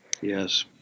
Yes